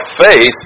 faith